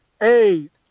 eight